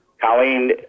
Colleen